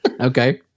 Okay